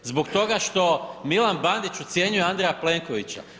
Zbog toga što Milan Bandić ucjenjuje Andreja Plenkovića.